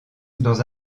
dans